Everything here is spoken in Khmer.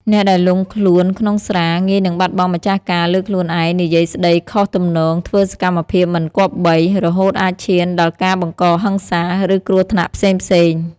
អ្នកដែលលង់ខ្លួនក្នុងស្រា ងាយនឹងបាត់បង់ម្ចាស់ការលើខ្លួនឯង និយាយស្តីខុសទំនង ធ្វើសកម្មភាពមិនគប្បី រហូតអាចឈានដល់ការបង្កហិង្សា ឬគ្រោះថ្នាក់ផ្សេងៗ។